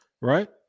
right